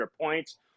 points